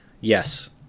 yes